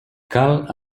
cal